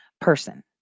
person